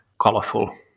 colorful